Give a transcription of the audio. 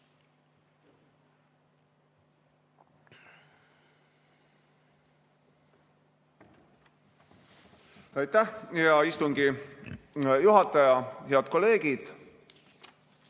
Aitäh, hea istungi juhataja! Head kolleegid!